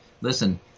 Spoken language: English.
listen